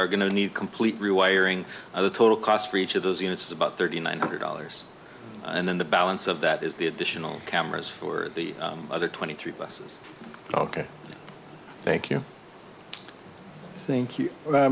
are going to need complete rewiring of the total cost for each of those units about thirty nine hundred dollars and then the balance of that is the additional cameras for the other twenty three busses ok thank you thank you